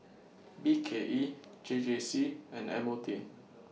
B K E J J C and M O T